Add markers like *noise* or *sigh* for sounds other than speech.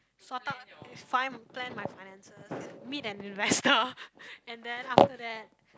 sort out is find and plan my finances and meet an investor *laughs* and then after that